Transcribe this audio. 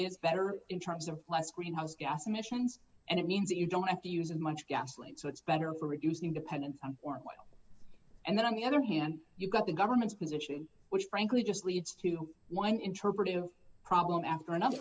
is better in terms of less greenhouse gas emissions and it means you don't have to use as much gasoline so it's better for reducing dependence on foreign oil and then on the other hand you've got the government's position which frankly just leads to one interpretive problem after another